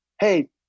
hey